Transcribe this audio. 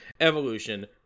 Evolution